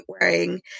wearing